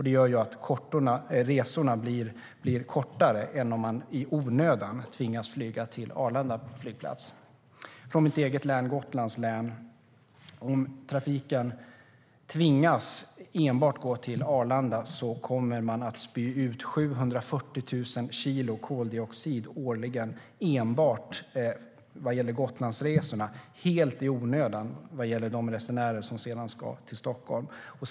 Det gör att resorna blir kortare än om man i onödan tvingas flyga till Arlanda flygplats. Om trafiken enbart från mitt eget län Gotlands län tvingas gå till Arlanda kommer 740 000 kilo koldioxid att spys ut årligen helt i onödan vad gäller de resenärer som sedan ska till Stockholm.